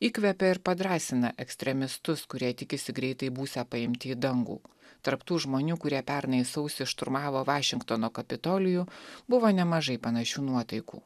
įkvepia ir padrąsina ekstremistus kurie tikisi greitai būsią paimti į dangų tarp tų žmonių kurie pernai sausį šturmavo vašingtono kapitolijų buvo nemažai panašių nuotaikų